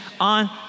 on